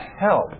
help